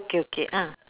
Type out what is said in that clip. okay okay ah